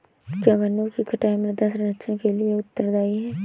क्या वनों की कटाई मृदा क्षरण के लिए उत्तरदायी है?